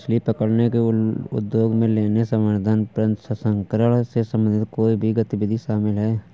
मछली पकड़ने के उद्योग में लेने, संवर्धन, प्रसंस्करण से संबंधित कोई भी गतिविधि शामिल है